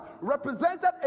represented